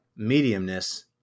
mediumness